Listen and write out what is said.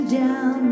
down